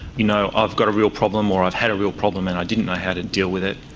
you know, i've got a real problem' or i've had a real problem and i didn't know how to deal with it,